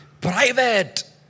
private